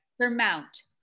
surmount